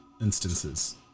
instances